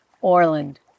Orland